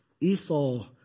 Esau